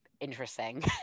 Interesting